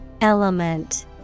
Element